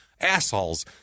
Assholes